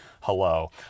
hello